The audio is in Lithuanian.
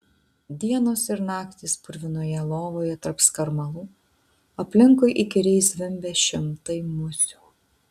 dienos ir naktys purvinoje lovoje tarp skarmalų aplinkui įkyriai zvimbia šimtai musių